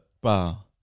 bar